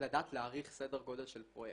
לדעת להעריך סדר גודל של פרויקט.